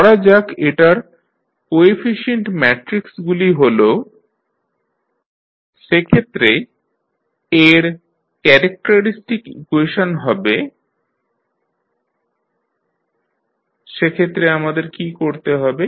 ধরা যাক এটার কোএফিশিয়েন্ট ম্যাট্রিক্সগুলি হল A1 1 0 1 B1 1 সেক্ষেত্রে A এর ক্যারেক্টারিস্টিক ইকুয়েশন হবে sI As2 1 সেক্ষেত্রে আমাদের কী করতে হবে